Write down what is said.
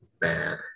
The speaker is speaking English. bad